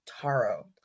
Taro